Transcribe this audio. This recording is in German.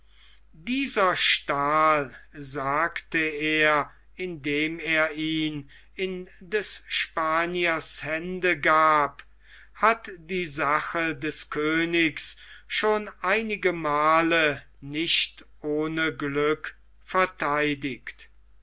dieser stahl sagte er indem er ihn in des spaniers hände gab hat die sache des königs schon einigemal nicht ohne glück vertheidigt